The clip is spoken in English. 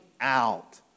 out